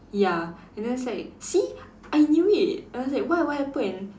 ya and then it's like see I knew it and I was like why what happen